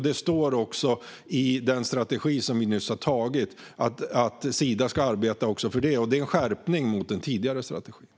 Det står i den strategi som vi har nyss har antagit att Sida ska arbeta för det, och det är en skärpning jämfört med den tidigare strategin.